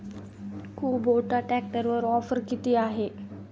Kubota ट्रॅक्टरवर offer किती आहे?